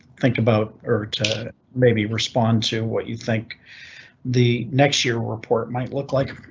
think about or to maybe respond to what you think the next year report might look like.